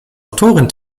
autorin